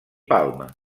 palma